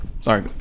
sorry